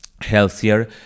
healthier